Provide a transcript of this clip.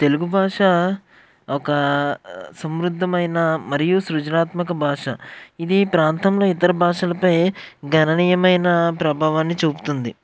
తెలుగు భాష ఒక సమృద్ధమైన మరియు సృజనాత్మక భాష ఇది ప్రాంతంలో ఇతర భాషలపై గణనీయమైన ప్రభావాన్ని చూపుతుంది